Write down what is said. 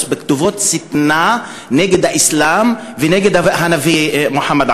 בסטטוסים בכתובות שטנה נגד האסלאם ונגד הנביא מוחמד,